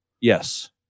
Yes